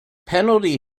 penalty